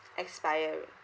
expire re~